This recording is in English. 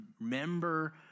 remember